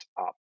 up